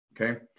Okay